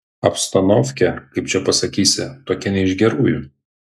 abstanovkė kaip čia pasakysi tokia ne iš gerųjų